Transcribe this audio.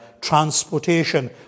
transportation